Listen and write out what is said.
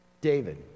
David